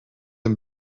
een